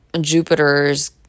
Jupiter's